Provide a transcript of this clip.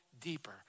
deeper